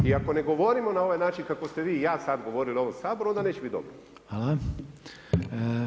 I ako ne govorimo na ovaj način kako ste vi i ja sada govorili u ovom Saboru onda neće biti dobro.